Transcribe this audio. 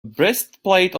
breastplate